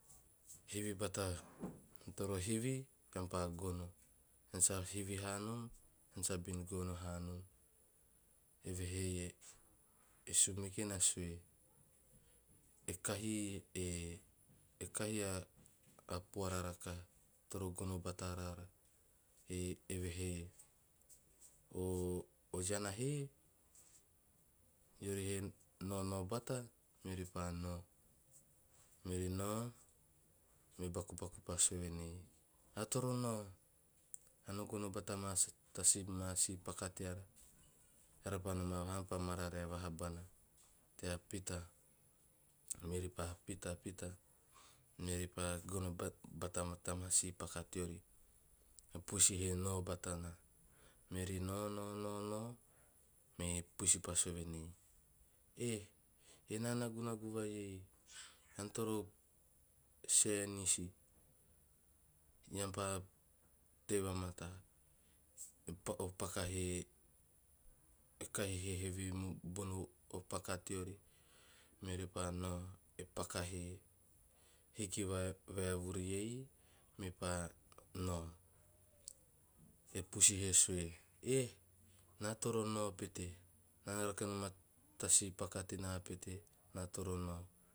Hivi bata ean toro hivi ean pa gono, bean sa hivi hanom ean sabin gono hanom. Evehe e sumeke na sue e kahi a puara rakaha toro gono bata raara evehe o iana hee eori he naonao bata meori pa nao- meori nao, me bakubku pa sue venei eara toro nao, eno gono bata ma tamaa si- paka teara eara pa noma vaha eam pa mararae vaha bana tea pita. Meori pa pitapita meori pa gono bata maa tamaa si paka teori e puisi he nao patana meori nao nao nao nao, me puisi pa sue venei, "eh ena nagunagu vai ei ean toro senisi eam pa tei vamata." O paka he, e kahi he heve bono o paka teori meori pa nao e paka he hiki vavuru ei mepa nom. E puisi he sue, "eh na toro nao pete na rake nom ta sii paka tena pete na toro nao,"